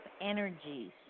energies